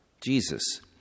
Jesus